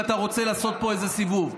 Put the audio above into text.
ואתה רוצה לעשות פה איזה סיבוב,